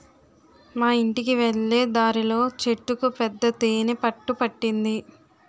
మా యింటికి వెళ్ళే దారిలో చెట్టుకు పెద్ద తేనె పట్టు పట్టింది